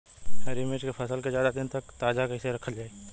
हरि मिर्च के फसल के ज्यादा दिन तक ताजा कइसे रखल जाई?